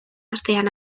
astean